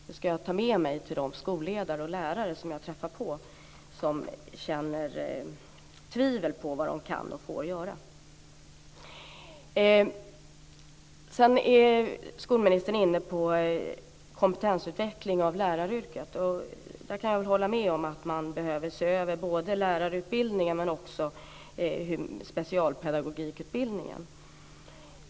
Det ska jag ta med mig till de skolledare och lärare som jag träffar och som känner tvivel på vad de kan och får göra. Sedan är skolministern inne på kompetensutveckling av läraryrket. Jag kan hålla med om att man behöver se över både lärarutbildningen och också specialpedagogutbildningen.